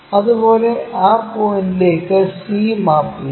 അതുപോലെ ആ പോയിന്റിലേക്കു c മാപ്പ് ചെയ്യുക